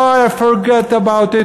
"אוי, I forgot about it".